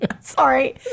Sorry